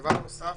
דבר נוסף,